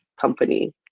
company